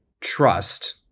Trust